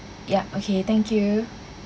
yup okay thank you